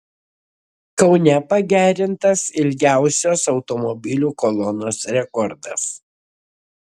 kaune pagerintas ilgiausios automobilių kolonos rekordas